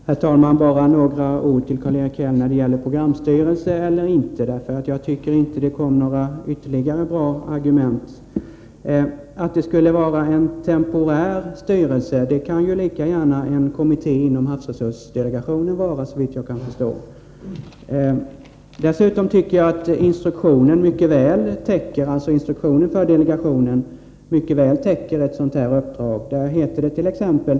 Herr talman! Bara några ord till Karl-Erik Häll när det gäller programstyrelse eller inte. Jag tycker inte att han kom med några nya bra argument. Karl-Erik Häll säger att styrelsen skall vara temporär, men det kan ju lika gärna en kommitté inom havsresursdelegationen vara, såvitt jag kan förstå. Dessutom tycker jag att instruktionen för delegationen mycket väl täcker ett sådant här uppdrag. Där heter dett.ex.